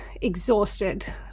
exhausted